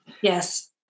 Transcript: Yes